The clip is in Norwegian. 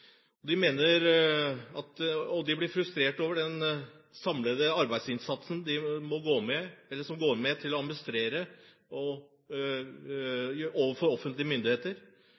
og de blir frustrert over den samlede arbeidsinnsatsen som går med til å administrere overfor offentlige myndigheter. Problemet med å motivere tillitsvalgte til å